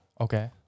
Okay